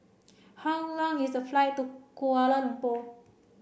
how long is the flight to Kuala Lumpur